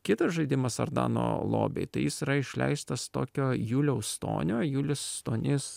kitas žaidimas ardano lobiai tai jis yra išleistas tokio juliaus stonio julius stonys